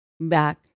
back